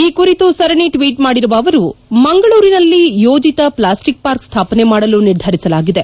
ಈ ಕುರಿತು ಸರಣಿ ಟ್ಷೀಟ್ ಮಾಡಿರುವ ಅವರು ಮಂಗಳೂರಿನಲ್ಲಿ ಯೋಜಿತ ಪ್ಲಾಸ್ಟಿಕ್ ಪಾರ್ಕ್ ಸ್ಲಾಪನೆ ಮಾಡಲು ನಿರ್ಧರಿಸಲಾಗಿದೆ